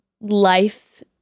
life